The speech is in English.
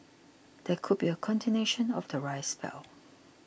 there could be a continuation of the rise spell